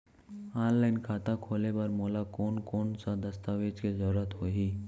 Online खाता खोले बर मोला कोन कोन स दस्तावेज के जरूरत होही?